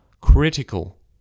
critical